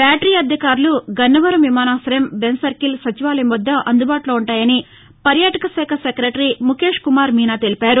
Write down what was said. battery అద్దె కార్లు గన్నవరం విమానాశయం బెంజ్సర్కిల్ సచివాలయం వద్ద అందుబాటులో ఉంటాయని పర్యాటక శాఖ సెక్రటరీ ముఖేష్ కుమార్ మీనా తెలిపారు